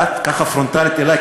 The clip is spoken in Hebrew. באת ככה פרונטלית אלי,